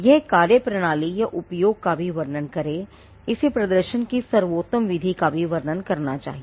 यह कार्य प्रणाली या उपयोग का भी वर्णन करें इसे प्रदर्शन की सर्वोत्तम विधि का भी वर्णन करना चाहिए